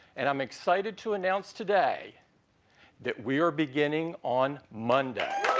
and, i'm excited to announce today that we are beginning on monday.